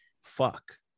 fuck